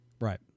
Right